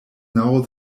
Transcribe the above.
now